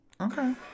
Okay